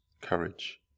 courage